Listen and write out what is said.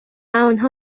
آنها